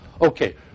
Okay